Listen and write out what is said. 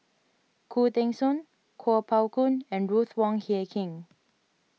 Khoo Teng Soon Kuo Pao Kun and Ruth Wong Hie King